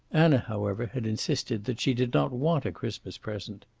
anna, however, had insisted that she did not want a christmas present.